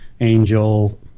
Angel